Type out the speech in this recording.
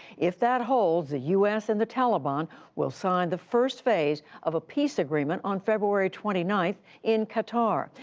if that holds, the u s. and the taliban will sign the first phase of a peace agreement on february twenty nine in qatar,